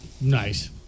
Nice